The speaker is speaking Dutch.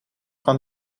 van